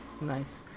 nice